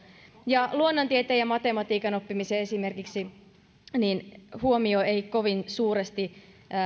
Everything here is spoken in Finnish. ja matematiikan oppimiseen esimerkiksi huomiota ei kovin suuresti